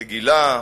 רגילה,